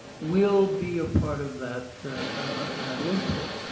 we'll be a part of that of that input.